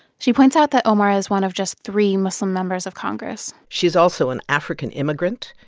she points out that omar is one of just three muslim members of congress she's also an african immigrant.